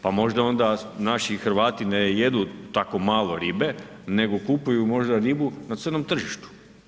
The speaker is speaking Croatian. Pa možda onda naši Hrvati ne jedu tako malo ribe nego kupuju možda ribu na crnom tržištu.